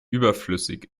überflüssig